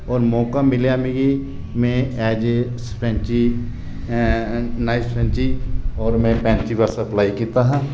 और मौका मिलेआ मिगी में ऐज़ ए सरपैंची नायब सरपैंची और में पैंची वास्तै एप्लाई कीता हा